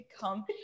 come